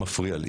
מפריע לי.